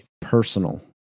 personal